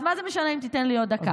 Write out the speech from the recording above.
אז מה זה משנה אם תיתן לי עוד דקה?